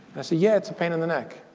i say, yeah, it's a pain in the neck.